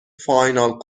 final